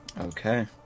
okay